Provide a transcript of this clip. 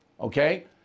okay